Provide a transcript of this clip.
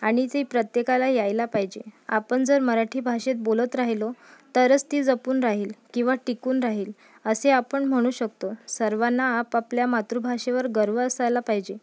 आणि ती प्रत्येकाला यायला पाहिजे आपण जर मराठी भाषेत बोलत राहिलो तरच ती जपून राहील किंवा टिकून राहील असे आपण म्हणू शकतो सर्वांना आपआपल्या मातृभाषेवर गर्व असायला पाहिजे